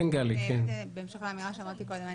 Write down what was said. אני אציג את התמונה המלאה בהמשך לאמירה שאמרתי קודם.